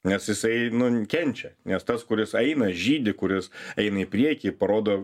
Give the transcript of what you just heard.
nes jisai nu kenčia nes tas kuris eina žydi kuris eina į priekį parodo